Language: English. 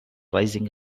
rising